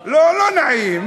לא, לא נעים.